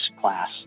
class